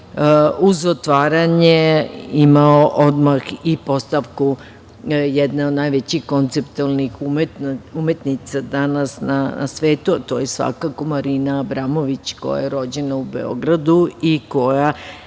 uz otvaranje imao odmah i postavku jedne od najvećih konceptualnih umetnica danas na svetu, a to je svakako Marina Abramović, koja je rođena u Beogradu i koja